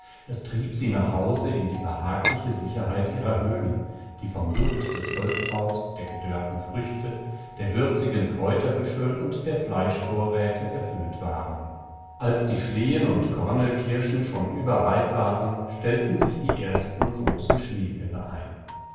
es trieb sie nach hause in die behagliche sicherheit ihrer höhlen die vom duft des holzrauchs der gedörrten früchte der würzigen kräuterbüschel und der fleischvorräte erfüllt waren als die schlehen und kornelkirschen schon überreif waren stellten sich die ersten großen schneefälle ein